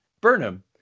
Burnham